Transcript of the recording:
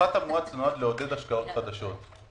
הפחת המואץ נועד לעודד השקעות חדשות.